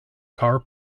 car